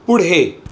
पुढे